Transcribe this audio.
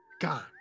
gone